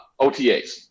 otas